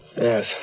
Yes